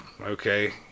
okay